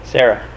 Sarah